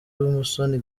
musoni